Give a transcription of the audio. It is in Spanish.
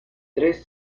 tres